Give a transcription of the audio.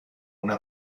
una